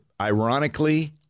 ironically